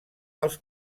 als